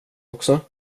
också